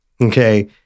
okay